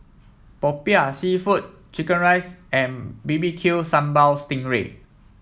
Popiah seafood chicken rice and B B Q Sambal Sting Ray